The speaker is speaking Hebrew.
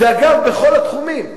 זה, אגב, בכל התחומים.